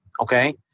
Okay